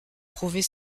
prouver